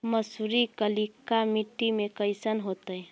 मसुरी कलिका मट्टी में कईसन होतै?